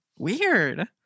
weird